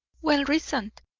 well reasoned!